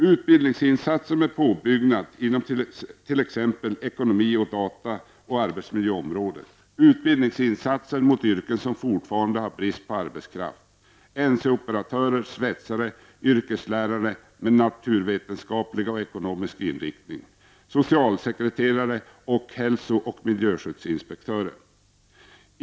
Utbildningssatsningar mot yrken som fortfarande har brist på arbetskraft -- NC-operatörer, svetsare, yrkeslärare med naturvetenskaplig och ekonomisk inriktning, socialsekreterare och hälso och miljöskyddsinspektörer.